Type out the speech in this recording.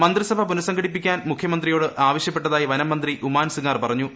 മന്ത്രിസഭ പുനഃസംഘടിപ്പിക്കാൻ മുഖ്യമന്ത്രിയോട് ആവശ്യപ്പെട്ടതായി വനംമന്ത്രി ഉമാങ് സിംഗാർ പറഞ്ഞു